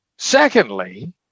Secondly